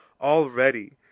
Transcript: already